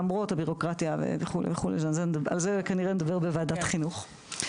למרות הבירוקרטיה וכו' שעל זה כנראה נדבר בוועדת חינוך.